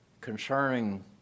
concerning